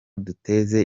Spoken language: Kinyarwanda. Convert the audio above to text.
duteze